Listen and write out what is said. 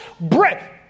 breath